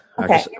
Okay